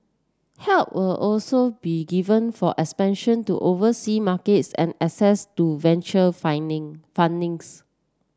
help will also be given for expansion to oversea markets and access to venture